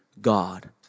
God